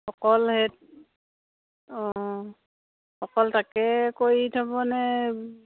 অকল সেই অঁ অকল তাকে কৰি থ'বনে